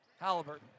Halliburton